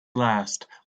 last